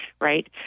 right